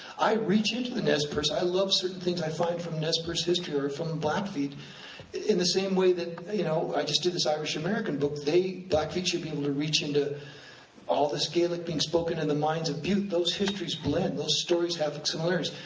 i reach into the the nez perce, i love certain things i find from nez perce history, or from blackfeet in the same way that, you know i just did this irish american book, blackfeet should be able to reach into all this gaelic being spoken in the mines of butte. those histories blend, those stories have similarities.